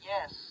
Yes